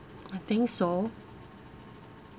I think so